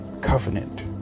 covenant